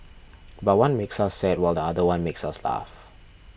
but one makes us sad while the other one makes us laugh